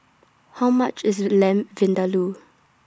How much IS Lamb Vindaloo